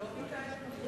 הוא לא ביטא את עמדותיך?